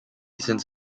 since